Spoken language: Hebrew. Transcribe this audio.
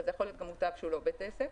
אבל זה יכול להיות גם מוטב שהוא לא בית עסק.